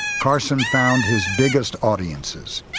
carson found his biggest audiences.